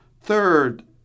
Third